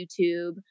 YouTube